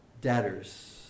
debtors